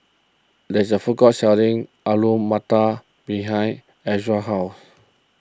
there is a food court selling Alu Matar behind Elza's house